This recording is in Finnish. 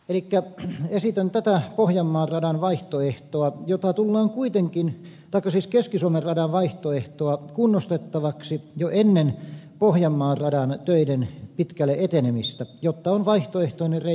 elikkä esitän tätä pohjanmaan radan vaihtoehtoa jota tullaan kuitenkin takaisin keski suomen radan vaihtoehtoa kunnostettavaksi jo ennen pohjanmaan radan töiden pitkälle etenemistä jotta on vaihtoehtoinen reitti